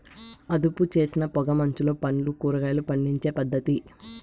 అదుపుచేసిన పొగ మంచులో పండ్లు, కూరగాయలు పండించే పద్ధతి